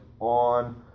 on